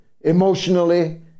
emotionally